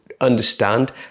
understand